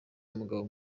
umugabo